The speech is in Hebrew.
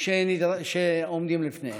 שעומדות לפניהם.